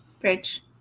Bridge